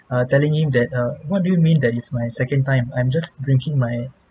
uh telling him that uh what do you mean that is my second time I'm just drinking my